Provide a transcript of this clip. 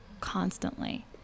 constantly